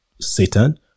Satan